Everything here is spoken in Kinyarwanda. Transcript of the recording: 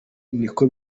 niko